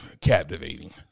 Captivating